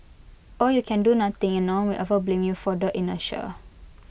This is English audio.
or you can do nothing and no one will ever blame you for the inertia